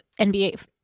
NBA